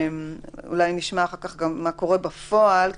אולי נשמע מה קורה בפועל בעניין,